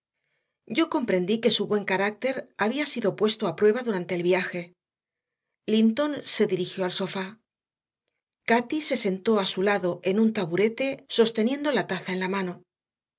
yo comprendí que su buen carácter había sido puesto a prueba durante el viaje linton se dirigió al sofá cati se sentó a su lado en un taburete sosteniendo la taza en la mano